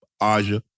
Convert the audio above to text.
Aja